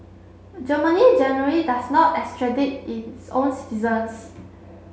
Germany generally does not its own citizens